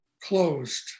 closed